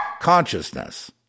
consciousness